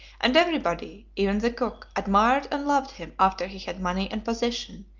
and everybody, even the cook, admired and loved him after he had money and position,